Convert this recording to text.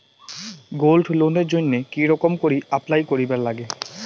Gold লোনের জইন্যে কি রকম করি অ্যাপ্লাই করিবার লাগে?